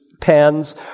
pens